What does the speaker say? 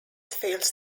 fails